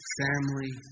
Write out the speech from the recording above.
family